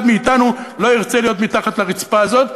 מאתנו לא ירצה להיות מתחת לרצפה הזאת,